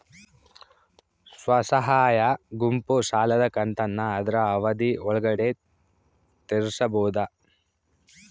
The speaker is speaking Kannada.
ಸ್ವಸಹಾಯ ಗುಂಪು ಸಾಲದ ಕಂತನ್ನ ಆದ್ರ ಅವಧಿ ಒಳ್ಗಡೆ ತೇರಿಸಬೋದ?